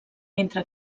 entre